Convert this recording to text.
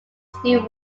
still